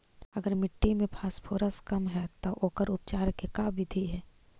अगर मट्टी में फास्फोरस कम है त ओकर उपचार के का बिधि है?